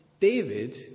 David